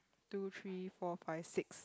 two three four five six